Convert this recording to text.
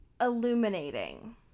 illuminating